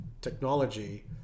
technology